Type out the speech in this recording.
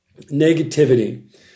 negativity